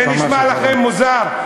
חברים, זה נשמע לכם מוזר,